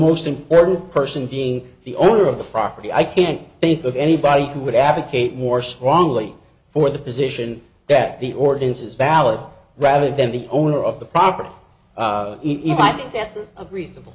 most important person being the owner of the property i can't think of anybody who would advocate more strongly for the position that the ordinance is valid rather than the owner of the property